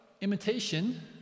imitation